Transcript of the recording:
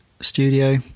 studio